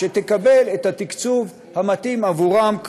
היא תקבל את התקצוב המתאים עבורם,